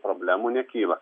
problemų nekyla